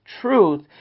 truth